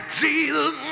Jesus